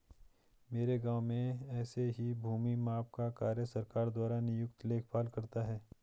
मेरे गांव में ऐसे ही भूमि माप का कार्य सरकार द्वारा नियुक्त लेखपाल करता है